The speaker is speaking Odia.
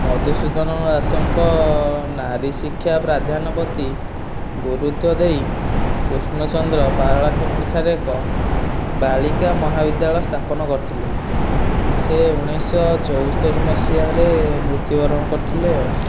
ମଧୁସୂଦନ ଦାସଙ୍କ ନାରୀ ଶିକ୍ଷା ପ୍ରାଧ୍ୟାନ ପ୍ରତି ଗୁରୁତ୍ୱ ଦେଇ କୃଷ୍ଣଚନ୍ଦ୍ର ପାରଳାଖେମୁଣ୍ଡି ଠାରେ ଏକ ବାଳିକା ମହାବିଧ୍ୟାଳୟ ସ୍ଥାପନ କରିଥିଲେ ସେ ଉଣେଇଶହ ଚଉସ୍ତରି ମସିହାରେ ମୃତ୍ୟୁବରଣ କରିଥିଲେ